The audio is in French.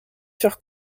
furent